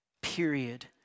period